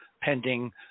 pending